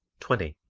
twenty.